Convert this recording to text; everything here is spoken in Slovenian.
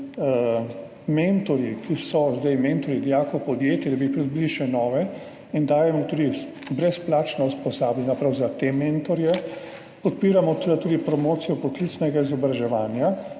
mentorji, ki so zdaj mentorji dijakov, podjetij, pridobili še nove, in dajemo tudi brezplačna usposabljanja prav za te mentorje. Podpiramo seveda tudi promocijo poklicnega izobraževanja,